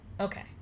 okay